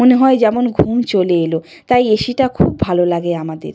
মনে হয় যেন ঘুম চলে এল তাই এসিটা খুব ভালো লাগে আমাদের